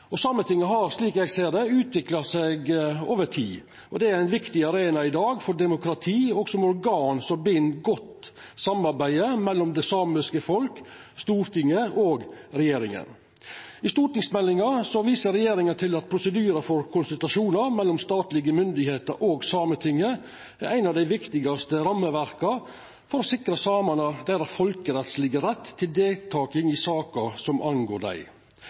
runde. Sametinget har, slik eg ser det, utvikla seg over tid, og det er i dag ein viktig arena for demokrati og som eit organ som bidreg til godt samarbeid mellom det samiske folk, Stortinget og regjeringa. I stortingsmeldinga viser regjeringa til at prosedyrar for konsultasjonar mellom statlege myndigheiter og Sametinget er eit av dei viktigaste rammeverka for å sikra samane deira folkerettslege rett til deltaking i saker som angår dei.